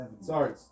Sorry